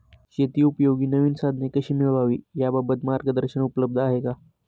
शेतीउपयोगी नवीन साधने कशी मिळवावी याबाबत मार्गदर्शन उपलब्ध आहे का?